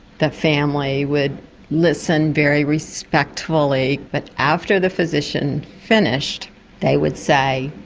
the family would listen very respectfully, but after the physician finished they would say,